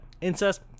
incest